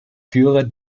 führer